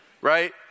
right